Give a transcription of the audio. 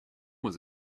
was